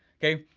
okay.